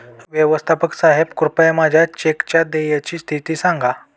व्यवस्थापक साहेब कृपया माझ्या चेकच्या देयची स्थिती सांगा